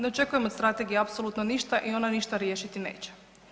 Ne očekujem od strategije apsolutno ništa i ona ništa riješiti neće.